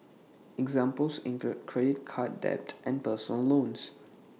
examples include credit card debt and personal loans